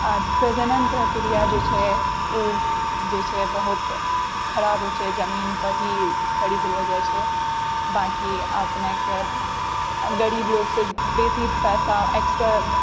प्रजनन प्रक्रिया जे छै ओ जे छै बहुत खराब होइ छै जमीनपर ही करी देलो जाइ छै बाँकी अपनेेके गरीब लोगसँ बेसी पैसा एक्स्ट्रा